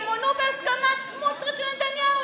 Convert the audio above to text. הם ימונו בהסכמת סמוטריץ ונתניהו,